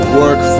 work